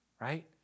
Right